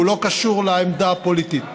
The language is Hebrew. לא קשור לעמדה הפוליטית.